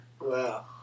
Wow